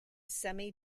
semi